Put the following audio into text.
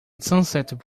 sunset